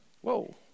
Whoa